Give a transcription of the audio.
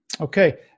Okay